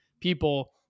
people